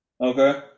Okay